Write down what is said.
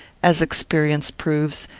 as experience proves,